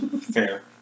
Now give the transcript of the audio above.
Fair